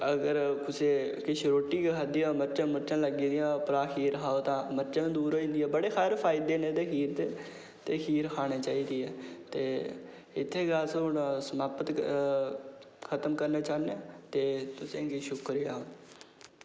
अगर कुसै मर्चां खाद्धी दियां होन तां उप्परा खीर खाओ तां बड़े सारे फायदे न एह्दे खीर दे ते खीर खानी चाहिदी ऐ ते इत्थें गै अस समाप्त खत्म करना चाह्ने आं ते शुक्रिया